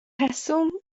rheswm